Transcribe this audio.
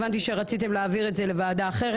הבנתי שרציתם להעביר את זה לוועדה אחרת,